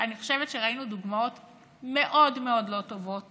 אני חושבת שראינו דוגמאות מאוד מאוד לא טובות